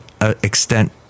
extent